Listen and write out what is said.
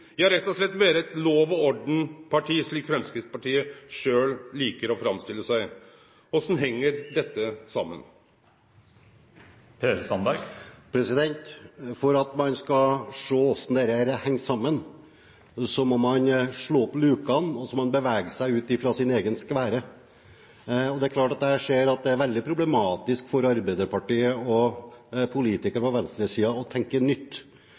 rett og slett vere eit lov-og-orden-parti, slik Framstegspartiet sjølv likar å framstille seg? Korleis heng dette saman? For at man skal kunne se hvordan dette henger sammen, må man slå opp lukene og bevege seg ut fra sin egen sfære. Og jeg ser at det er veldig problematisk for Arbeiderpartiet og politikere fra venstresiden å tenke nytt;